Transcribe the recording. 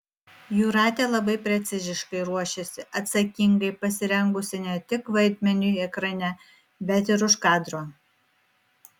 jūratė labai preciziškai ruošiasi atsakingai pasirengusi ne tik vaidmeniui ekrane bet ir už kadro